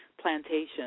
plantation